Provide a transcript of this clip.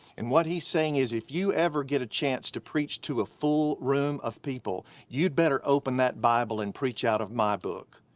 and what he's saying is if you ever get a chance to preach to a full room of people, you'd better open that bible and preach out of my book.